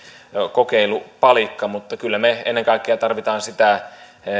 kokeilupalikka mutta kyllä me ennen kaikkea tarvitsemme sitä